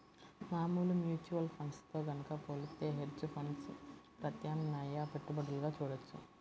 మామూలు mutual funds తో గనక పోలిత్తే హెడ్జ్ ఫండ్స్ ప్రత్యామ్నాయ పెట్టుబడులుగా చూడొచ్చు